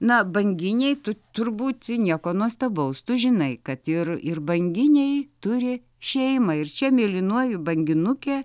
na banginiai tu turbūt nieko nuostabaus tu žinai kad ir ir banginiai turi šeimą ir čia mėlynoji banginukė